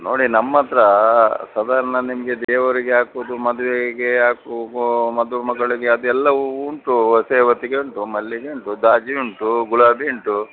ನೋಡಿ ನಮ್ಮ ಹತ್ರ ಸಾಧಾರಣ ನಿಮಗೆ ದೇವರಿಗೆ ಹಾಕೋದು ಮದುವೆಗೆ ಹಾಕು ಹೂ ಮದುಮಗಳಿಗೆ ಅದೆಲ್ಲ ಹೂವು ಉಂಟು ಸೇವತಿಗೆ ಉಂಟು ಮಲ್ಲಿಗೆ ಉಂಟು ಜಾಜಿ ಉಂಟು ಗುಲಾಬಿ ಉಂಟು